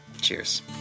Cheers